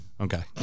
Okay